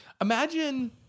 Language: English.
Imagine